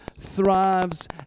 thrives